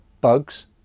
bugs